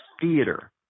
theater